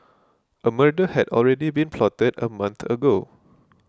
a murder had already been plotted a month ago